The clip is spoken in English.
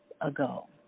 ago